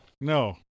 No